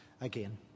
again